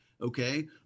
okay